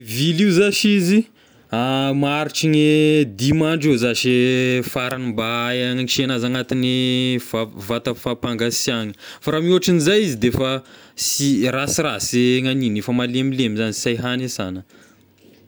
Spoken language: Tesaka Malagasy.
Vily io zashy izy maharitry gne dimy andro eo zashy faragny mba hay anisia anazy anatin'ny va- vata fampangasiahina fa raha mihoatra an'izay izy de efa sy rasirasy hegnany igny efa malemilemy zagny sy hay hagny e sana.